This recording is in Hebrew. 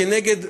כנגד,